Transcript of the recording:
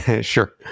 Sure